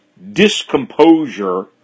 discomposure